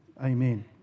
Amen